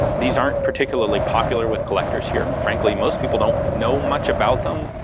these aren't particularly popular with collectors here. frankly most people don't know much about them,